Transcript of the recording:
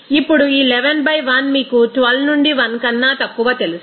ఇప్పుడు ఈ 11 బై 1 మీకు 12 నుండి 1 కన్నా తక్కువ తెలుసు